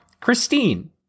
Christine